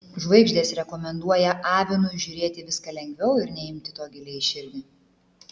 žvaigždės rekomenduoja avinui žiūrėti į viską lengviau ir neimti to giliai į širdį